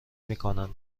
میکنند